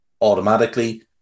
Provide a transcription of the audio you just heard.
automatically